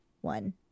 one